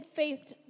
faced